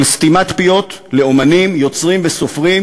של סתימת פיות לאמנים, יוצרים וסופרים,